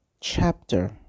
chapter